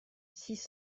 six